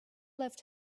left